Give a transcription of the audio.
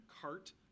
cart